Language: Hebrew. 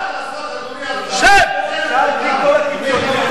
לפאשיסטים האלה כדי שילכו ליפו ולאום-אל-פחם,